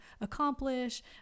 accomplish